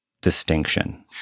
distinction